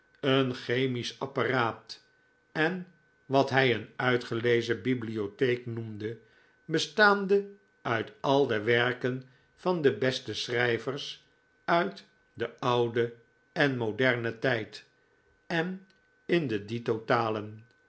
een chemisch apparaat en wat hij een uitgelezen bibliotheek noemde bestaande uit al de werken van de beste schrijvers uit den ouden en modernen tijd en in de dito talen